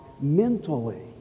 mentally